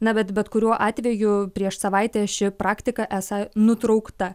na bet bet kuriuo atveju prieš savaitę ši praktika esą nutraukta